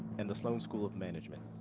and the sloan school of management,